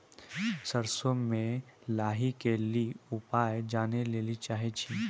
सरसों मे लाही के ली उपाय जाने लैली चाहे छी?